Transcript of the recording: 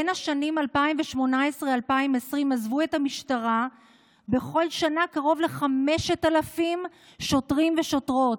בשנים 2018 2020 עזבו את המשטרה בתוך שנה קרוב ל-5,000 שוטרים ושוטרות.